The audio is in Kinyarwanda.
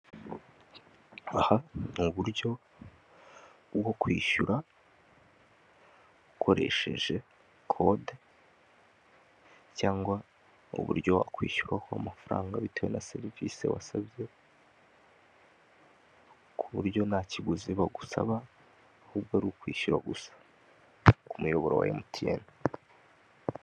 Aha ni uburyo bwo kwishyura ukoresheje kode cyangwa uburyo wakwishyuramo amafaranga bitewe na serivise wasabye ku buryo ntakiguzi bagusaba ahubwo ari ukwishyura gusa ku muyoboro wa emutiyeni.